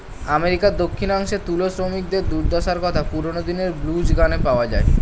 আমেরিকার দক্ষিণাংশে তুলো শ্রমিকদের দুর্দশার কথা পুরোনো দিনের ব্লুজ গানে পাওয়া যায়